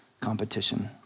competition